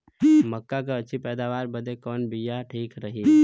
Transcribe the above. मक्का क अच्छी पैदावार बदे कवन बिया ठीक रही?